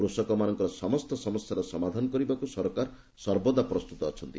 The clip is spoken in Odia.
କୃଷକମାନଙ୍କର ସମସ୍ତ ସମସ୍ୟାର ସମାଧାନ କରିବାକୁ ସରକାର ସର୍ବଦା ପ୍ରସ୍ତୁତ ଅଛନ୍ତି